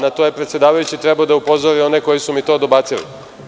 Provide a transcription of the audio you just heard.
Na to je predsedavajući trebao da upozori one koji su mi to dobacili.